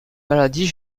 maladies